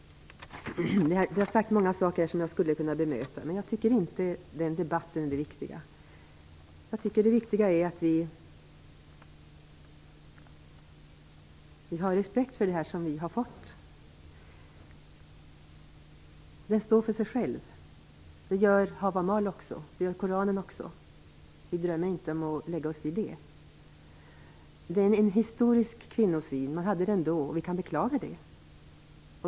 Det har sagts mycket som jag skulle kunna bemöta, men jag tycker inte att den debatten är det viktiga. Jag tycker att det viktiga är att vi har respekt för det som vi har fått. Bibeln står för sig själv. Det gör Havamal och Koranen också. Vi drömmer inte om att lägga oss i det som står i dem. Kvinnosynen är historisk. Det var den syn man hade då, och vi kan beklaga det.